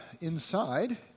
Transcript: inside